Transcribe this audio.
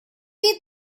you